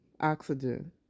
oxygen